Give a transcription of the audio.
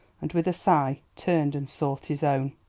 and, with a sigh, turned and sought his own.